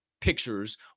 pictures